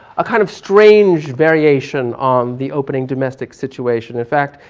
a kind of strange variation on the opening domestic situation. in fact,